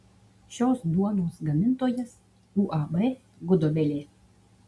šios duonos gamintojas uab gudobelė